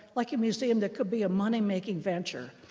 like a museum, that could be a money making venture?